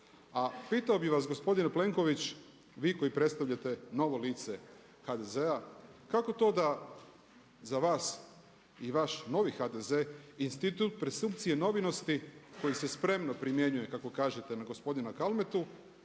A pitao bi vas gospodine Plenković vi koji predstavljate novo lice HDZ-a kako to da za vas i vaš novi HDZ institut presumpcije nevinosti koji se spremno primjenjuje kako kažete na gospodina Kalmetu